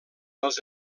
els